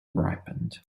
ripened